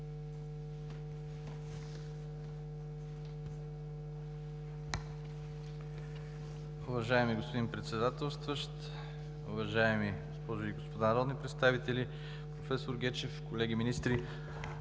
Уважаеми господин Председателстващ, уважаеми госпожи и господа народни представители, професор Гечев, колеги министри!